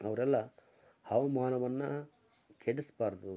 ಅವರೆಲ್ಲ ಹವಾಮಾನವನ್ನ ಕೆಡಿಸ್ಬಾರ್ದು